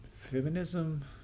feminism